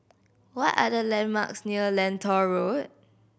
what are the landmarks near Lentor Road